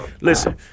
listen